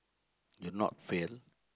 will not fail